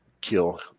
kill